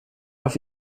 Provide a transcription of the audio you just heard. auf